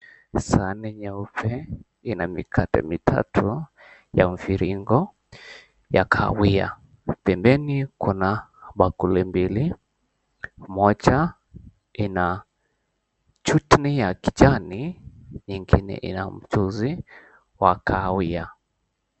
Sahani nyeupe ina mikate mitatu ya mviringo ya kahawia, pembeni kuna bakuli mbili moja ina chutni ya kijani nyingine ina mchuzi wa kahawia.